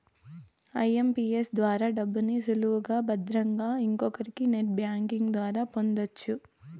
IMPS ద్వారా డబ్బుని సులువుగా భద్రంగా ఇంకొకరికి నెట్ బ్యాంకింగ్ ద్వారా పొందొచ్చు